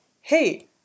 hey